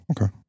okay